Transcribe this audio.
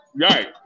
Right